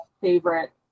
favorite